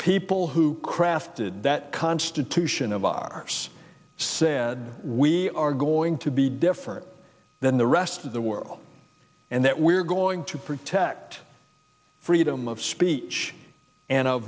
people who crafted that constitution of our us said we are going to be different than the rest of the world and that we're going to protect freedom of speech and